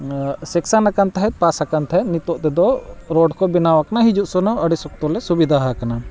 section ᱟᱠᱟᱱ ᱛᱟᱦᱮᱸᱫ pass ᱟᱠᱟᱱ ᱛᱟᱦᱮᱸᱫ ᱱᱤᱛᱳᱜ ᱛᱮᱫᱚ ᱨᱳᱰ ᱠᱚ ᱵᱮᱱᱟᱣ ᱟᱠᱟᱱᱟ ᱦᱤᱡᱩᱜ ᱥᱮᱱᱚᱜ ᱟᱹᱰᱤ ᱥᱚᱠᱛᱚ ᱞᱮ ᱥᱩᱵᱤᱫᱷᱟ ᱟᱠᱟᱱᱟ